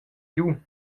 giu